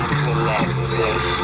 collective